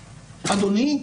אדוני,